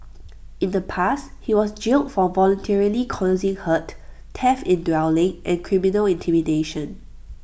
in the past he was jailed for voluntarily causing hurt theft in dwelling and criminal intimidation